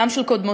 גם של קודמותיה,